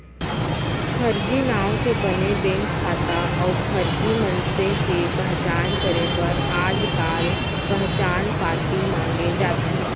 फरजी नांव के बने बेंक खाता अउ फरजी मनसे के पहचान करे बर आजकाल पहचान पाती मांगे जाथे